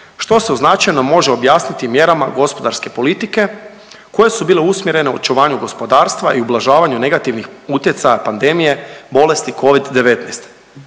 što se u značajnom može objasniti mjerama gospodarske politike koje su bile usmjerene očuvanju gospodarstva i ublažavanju negativnih utjecaja pandemije bolesti covid-19.